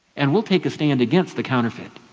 and we'll take a stand against the counterfeit.